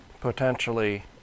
potentially